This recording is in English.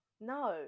No